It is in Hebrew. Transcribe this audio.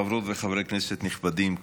חברות וחברי כנסת נכבדים,